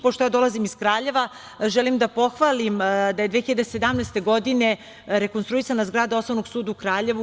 Pošto ja dolazim iz Kraljeva, želim da pohvalim da je 2017. godine rekonstruisana zgrada Osnovnog suda u Kraljevu.